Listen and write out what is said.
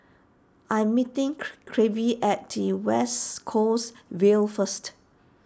I'm meeting Clevie at T West Coast Vale first